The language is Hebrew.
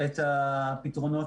וכמה פתרונות